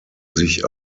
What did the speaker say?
sich